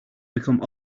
become